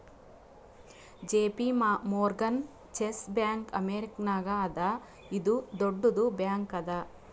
JP Morgan Chase bank ಅಮೇರಿಕಾನಾಗ್ ಅದಾ ಇದು ದೊಡ್ಡುದ್ ಬ್ಯಾಂಕ್ ಅದಾ